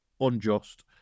unjust